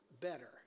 better